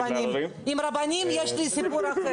יוליה, תעדכני אותנו מה הסיפור.